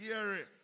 Gary